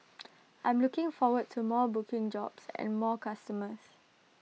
I'm looking forward to more booking jobs and more customers